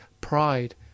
pride